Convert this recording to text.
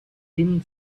thin